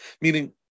Meaning